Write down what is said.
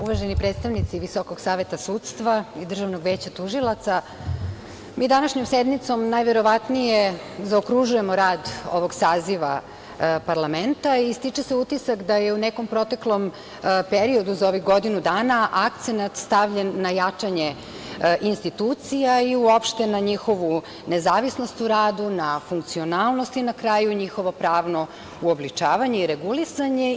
Uvaženi predstavnici Visokog saveta sudstva i Državnog veća tužilaca, mi današnjom sednicom najverovatnije zaokružujemo rad ovog saziva parlamenta i stiče se utisak da je u nekom proteklom periodu za ovih godinu dana akcenat stavljen na jačanje institucija i uopšte na njihovu nezavisnost u radu, na funkcionalnost i na kraju njihovo pravno uobličavanje i regulisanje.